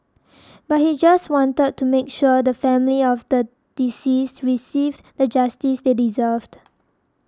but he just wanted to make sure the family of the deceased received the justice they deserved